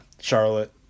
Charlotte